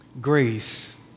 grace